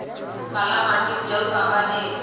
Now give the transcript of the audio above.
काला माटी उपजाऊ काबर हे?